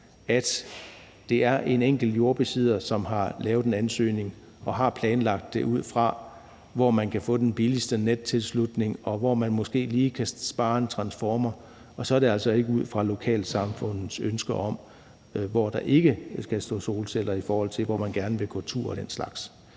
at det er den enkelte jordbesidder, som har lavet en ansøgning, og som har planlagt det ud fra, hvor han kan få den billigste nettilslutning, og hvor der måske lige kan spares en transformation. Det er altså ikke har gjort ud fra lokalsamfundets ønske om, hvor der ikke skal være solceller, fordi man gerne vil kunne gå en tur og den slags.